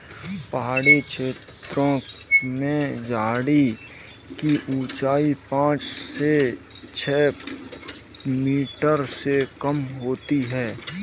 पहाड़ी छेत्रों में झाड़ी की ऊंचाई पांच से छ मीटर से कम होती है